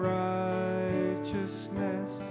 righteousness